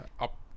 up